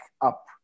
up